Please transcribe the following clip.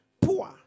poor